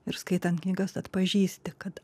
ir skaitant knygas atpažįsti kad